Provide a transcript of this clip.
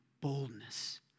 boldness